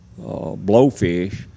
blowfish